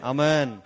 Amen